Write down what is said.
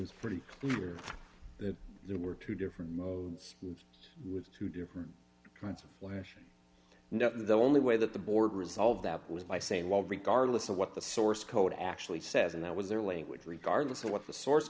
was pretty clear that there were two different moved with two different kinds of flash and the only way that the board resolved that was by saying well regardless of what the source code actually says and that was their language regardless of what the source